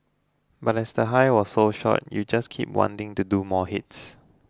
but as the high was so short you just keep wanting to do more hits